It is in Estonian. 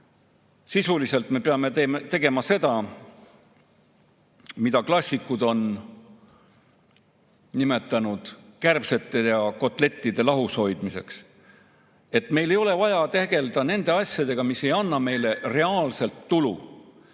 Sisuliselt me peame tegema seda, mida klassikud on nimetanud kärbeste ja kotlettide lahus hoidmiseks. Meil ei ole vaja tegelda nende asjadega, mis ei anna meile reaalset tulu.